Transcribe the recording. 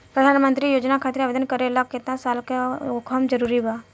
प्रधानमंत्री योजना खातिर आवेदन करे ला केतना साल क होखल जरूरी बा?